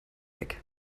weg